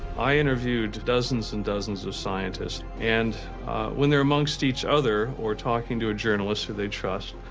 i interviewed dozens and dozens of scientists, and when they're amongst each other or talking to a journalist who they trust,